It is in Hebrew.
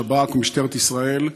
השב"כ ומשטרת ישראל,